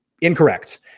incorrect